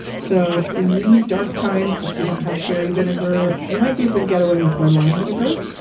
so in these dark times, if you don't have sherry vinegar, you might be able to get away with red wine vinegar.